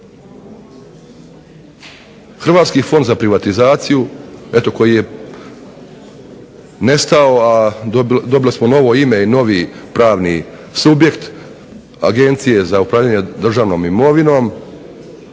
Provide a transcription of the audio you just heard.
Hrvatski fond za privatizaciju, eto koji je nestao, a dobili smo novo ime i novi pravni subjekt Agencija za upravljanje državnom imovinom